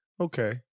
Okay